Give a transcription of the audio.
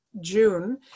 June